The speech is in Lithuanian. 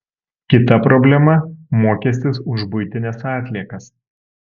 kita problema mokestis už buitines atliekas